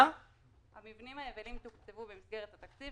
המבנים היבילים תוקצבו במסגרת התקציב.